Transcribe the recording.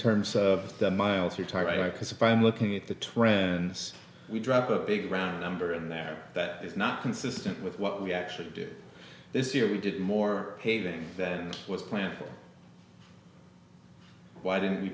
terms of the miles are tired right because if i'm looking at the twins we drop a big round number in there that is not consistent with what we actually did this year we did more paving than was planned why didn't we